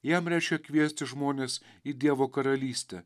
jam reiškia kviesti žmones į dievo karalystę